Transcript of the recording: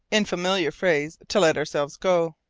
in familiar phrase, to let ourselves go.